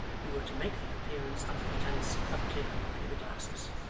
who were to make their appearance under pretence of clearing away the glasses.